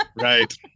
right